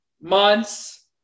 months